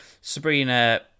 Sabrina